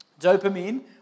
Dopamine